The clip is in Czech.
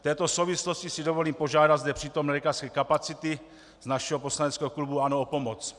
V této souvislosti si dovolím požádat zde přítomné lékařské kapacity našeho poslaneckého klubu ANO o pomoc.